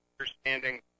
understanding